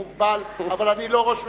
מוגבל, אבל אני לא ראש ממשלה,